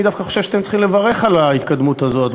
אני דווקא חושב שאתם צריכים לברך על ההתקדמות הזאת.